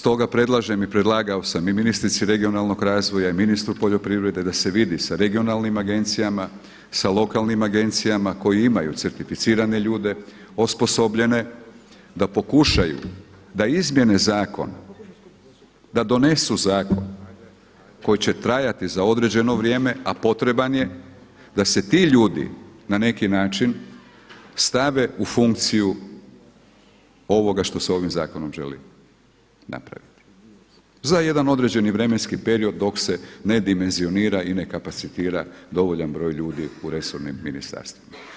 Stoga predlažem i predlagao sam i ministrici regionalnog razvoja i ministru poljoprivrede da se vidi sa regionalnim agencijama, sa lokalnim agencijama koji imaju certificirane ljude, osposobljene da pokušaju da izmijene zakon, da donesu zakon koji će trajati za određeno vrijeme a potreban je, da se ti ljudi na neki način stave u funkciju ovoga što se ovim zakonom želi napraviti za jedan određeni vremenski period dok se ne dimenzionira i ne kapacitira dovoljan broj ljudi u resornim ministarstvima.